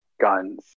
guns